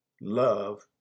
Love